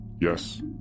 Yes